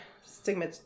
stigma